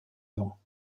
vent